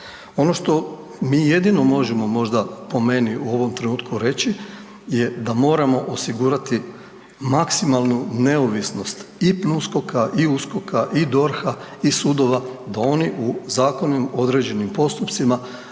Ono što mi jedino možemo možda po meni u ovom trenutku reći je da moramo osigurati maksimalnu neovisnost i PNUSKOK-a i USKOK-a i DORH-a i sudova da oni u zakonom određenim postupcima